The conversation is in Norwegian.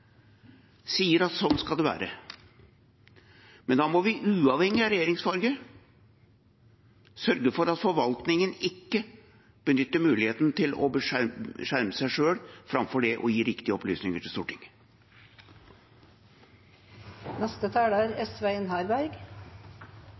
sier at sånn skal det være. Men da må vi, uavhengig av regjeringsfarge, sørge for at forvaltningen ikke benytter muligheten til å skjerme seg selv framfor å gi riktige opplysninger til Stortinget. Denne delen av Harberg-utvalgets innstilling avstedkommer ikke stor debatt, og det er